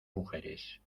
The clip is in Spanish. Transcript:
mujeres